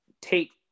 take